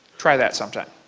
try that some time.